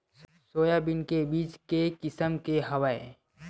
Soybean के बीज के किसम के हवय?